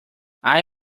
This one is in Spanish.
hay